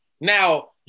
Now